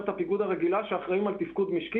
גופים שאחראים על תפקוד משקי,